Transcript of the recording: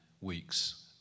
weeks